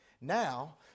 Now